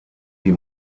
die